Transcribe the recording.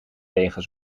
wegen